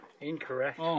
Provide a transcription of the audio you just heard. Incorrect